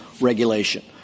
regulation